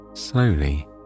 Slowly